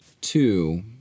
Two